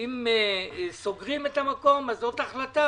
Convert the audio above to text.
אם סוגרים את המקום אז זאת החלטה.